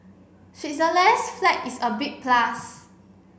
Switzerland's flag is a big plus